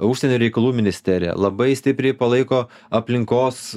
užsienio reikalų ministerija labai stipriai palaiko aplinkos